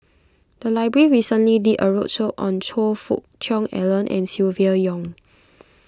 the library recently did a roadshow on Choe Fook Cheong Alan and Silvia Yong